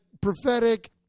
prophetic